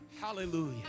Hallelujah